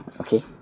Okay